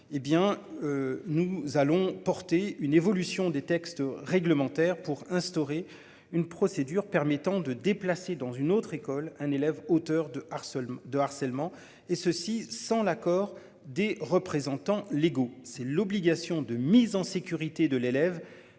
Nous allons porter une évolution des textes réglementaires pour instaurer une procédure permettant de déplacer dans une autre école un élève auteur de harcèlement de harcèlement et ceci sans l'accord des représentants légaux. C'est l'obligation de mise en sécurité de l'élève